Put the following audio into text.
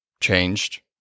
changed